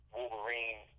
Wolverine